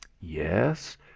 Yes